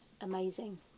amazing